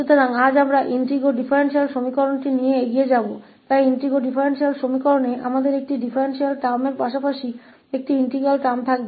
इसलिए आज हम इंटेग्रो डिफरेंशियल एक्वेशन के साथ जारी रखेंगे इसलिए इंटेग्रो डिफरेंशियल एक्वेशन में हमारे पास अंतर पद के साथ साथ इंटीग्रल टर्म भी होंगे